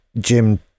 Jim